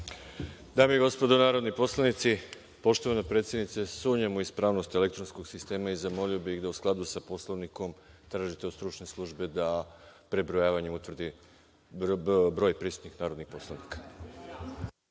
Dame i gospodo narodni poslanici, poštovana predsednice, sumnjam u ispravnost elektronskog sistema i zamolio bih da, u skladu sa Poslovnikom, tražite od stručne službe da prebrojavanjem utvrdi broj prisutnih narodnih poslanika.